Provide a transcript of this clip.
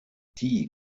die